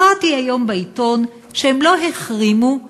קראתי היום בעיתון שהם לא החרימו,